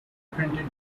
printed